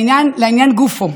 לעניין גופו.